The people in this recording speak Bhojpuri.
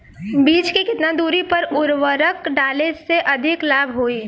बीज के केतना दूरी पर उर्वरक डाले से अधिक लाभ होई?